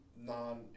non